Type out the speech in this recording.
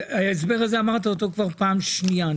את ההסבר הזה אמרת כבר בפעם השנייה.